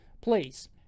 please